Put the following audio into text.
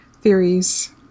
theories